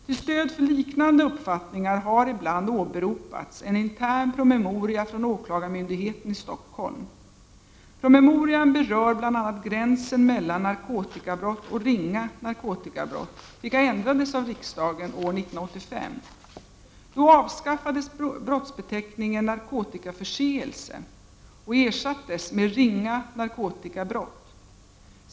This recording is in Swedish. Till stöd för liknande uppfattningar har ibland åberopats en intern promemoria från åklagarmyndigheten i Stockholm. Promemorian berör bl.a. gränsen mellan narkotikabrott och ringa narkotikabrott vilken ändrades av riksdagen år 1985. Då avskaffades brottsbeteckningen narkotikaförseelse och ersattes med ringa narkotikabrott.